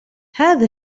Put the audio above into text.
هذا